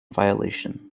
violation